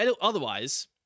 Otherwise